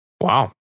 Wow